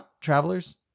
Travelers